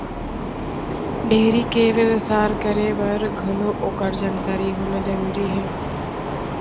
dairy के बेवसाय करे बर घलौ ओकर जानकारी होना जरूरी हे